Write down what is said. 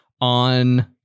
on